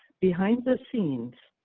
behind the scenes,